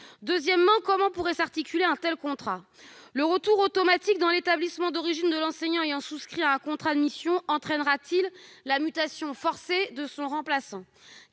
un tel contrat pourrait-il s'articuler ? Le retour automatique dans l'établissement d'origine de l'enseignant ayant souscrit à un contrat de mission entraînera-t-il la mutation forcée de son remplaçant ?